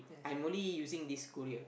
I'm only using this school here